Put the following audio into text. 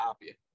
happy